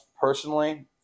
personally